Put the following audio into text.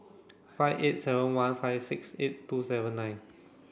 five eight seven one five six eight two seven nine